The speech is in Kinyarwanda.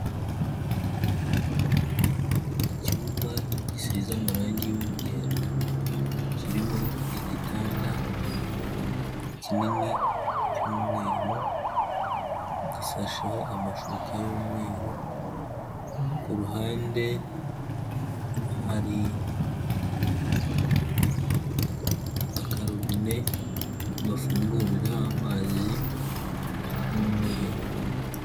Icyumba gisize amarangi y'umweru, kirimo igitanda kinini cy'umweru, gisasheho amashuka y'umweru, ku ruhande hari akarobine bafunguriraho amazi k'umweru.